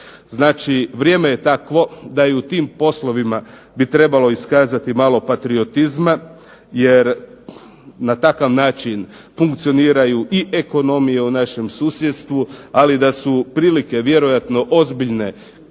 Znači vrijeme je takvo da i u tim poslovima bi trebalo iskazati malo patriotizma jer na takav način funkcioniraju ekonomije u našem susjedstvu, ali da su prilike vjerojatno ozbiljne kao